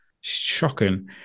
shocking